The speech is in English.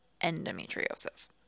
endometriosis